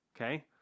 Okay